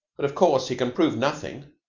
but of course he can prove nothing.